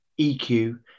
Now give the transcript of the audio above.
EQ